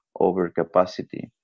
overcapacity